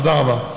תודה רבה.